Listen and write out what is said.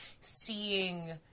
seeing